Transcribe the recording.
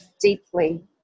deeply